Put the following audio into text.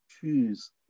choose